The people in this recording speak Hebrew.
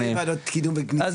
יש